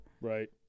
Right